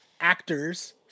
actors